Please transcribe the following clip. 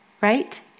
right